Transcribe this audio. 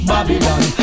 Babylon